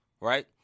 Right